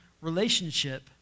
relationship